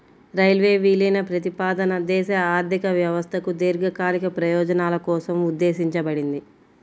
railway విలీన ప్రతిపాదన దేశ ఆర్థిక వ్యవస్థకు దీర్ఘకాలిక ప్రయోజనాల కోసం ఉద్దేశించబడింది